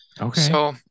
Okay